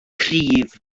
cryf